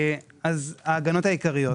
ההגנות העיקריות